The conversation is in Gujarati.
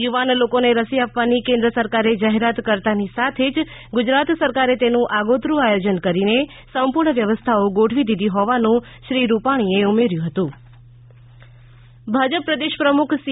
યુવાન લોકો ને રસી આપવાની કેન્દ્ર સરકારે જાહેરાત કરતાંની સાથે જ ગુજરાત સરકારે તેનું આગોતરૂ આયોજન કરીને સંપૂર્ણ વ્યવસ્થાઓ ગોઠવી દીધી હોવાનું શ્રી રૂપાણીએ ઉમેર્યું હતું સી આર પાટિલ વડોદરા મુલાકાત ભાજપ પ્રદેશ પ્રમુખ સી